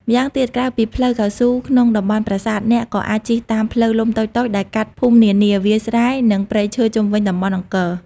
ម្យ៉ាងទៀត ក្រៅពីផ្លូវកៅស៊ូក្នុងតំបន់ប្រាសាទ អ្នកក៏អាចជិះតាមផ្លូវលំតូចៗដែលកាត់ភូមិនានា វាលស្រែ និងព្រៃឈើជុំវិញតំបន់អង្គរ។